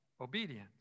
obedience